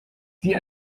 sie